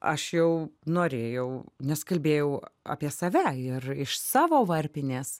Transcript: aš jau norėjau nes kalbėjau apie save ir iš savo varpinės